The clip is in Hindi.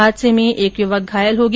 हादसे में एक युवक घायल हो गया